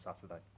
Saturday